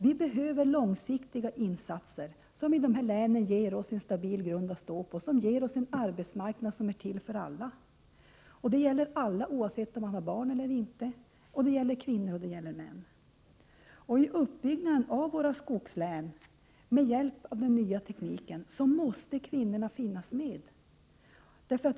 Vi behöver långsiktiga insatser som i de här länen ger oss en stabil grund att stå på, som ger oss en arbetsmarknad som är till för alla. Det gäller alltså alla, oavsett om vi har barn eller inte, och det gäller både kvinnor och män. I uppbyggnaden av våra skogslän med hjälp av den nya tekniken måste kvinnorna finnas med.